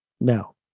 No